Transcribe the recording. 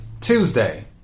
Tuesday